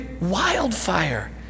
wildfire